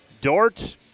Dort